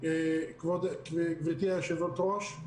גברתי היושבת-ראש,